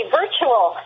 virtual